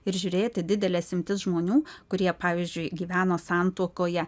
ir žiūrėti dideles imtis žmonių kurie pavyzdžiui gyveno santuokoje